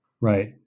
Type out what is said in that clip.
right